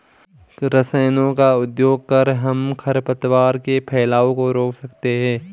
रसायनों का उपयोग कर हम खरपतवार के फैलाव को रोक सकते हैं